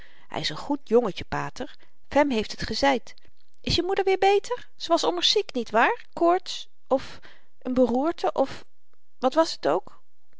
hy is n goed jongetje pater fem heeft het gezeid is je moeder weer beter ze was ommers ziek niet waar koorts of n beroerte of wat was t ook